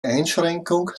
einschränkung